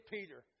Peter